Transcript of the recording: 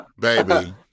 baby